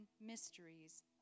mysteries